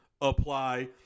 apply